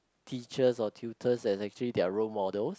teachers or tutors as actually their role models